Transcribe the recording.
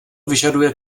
vyžaduje